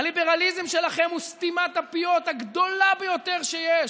הליברליזם שלכם הוא סתימת הפיות הגדולה ביותר שיש.